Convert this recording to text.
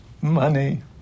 Money